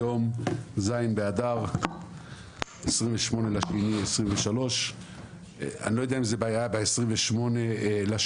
היום ז' באדר 28 בפברואר 2023. אני לא יודע אם זו בעיה ב-28 בפברואר,